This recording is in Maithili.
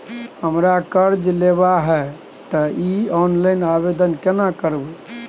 हमरा कर्ज लेबा छै त इ ऑनलाइन आवेदन केना करबै?